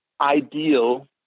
ideal